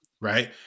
Right